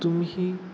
तुम्ही